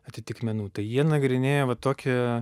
atitikmenų tai jie nagrinėjo va tokį